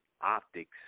optics